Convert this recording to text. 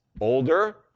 older